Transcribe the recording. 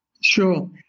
Sure